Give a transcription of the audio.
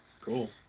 Cool